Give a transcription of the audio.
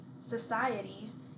societies